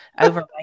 over